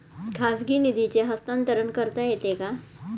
खाजगी निधीचे हस्तांतरण करता येते का?